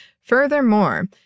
Furthermore